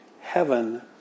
heaven